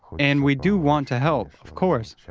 and we do want to help, of course,